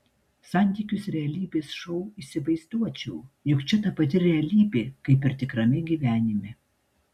santykius realybės šou įsivaizduočiau juk čia ta pati realybė kaip ir tikrame gyvenime